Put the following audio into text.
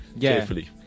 carefully